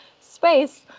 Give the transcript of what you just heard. space